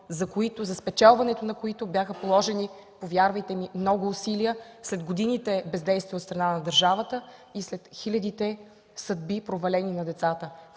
за спечелването на които бяха положени, вярвайте ми, много усилия след годините бездействие от страна на държавата и след хиляди провалени съдби на децата.